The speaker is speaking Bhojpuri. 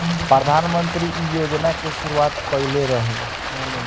प्रधानमंत्री इ योजना के शुरुआत कईले रलें